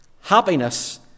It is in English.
happiness